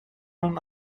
اون